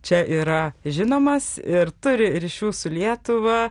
čia yra žinomas ir turi ryšių su lietuva